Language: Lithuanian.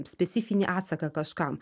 specifinį atsaką kažkam